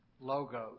logos